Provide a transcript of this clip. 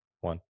one